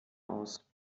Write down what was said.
aus